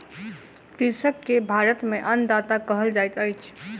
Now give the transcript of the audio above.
कृषक के भारत में अन्नदाता कहल जाइत अछि